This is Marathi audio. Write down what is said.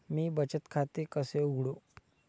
मी बचत खाते कसे उघडू?